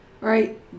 right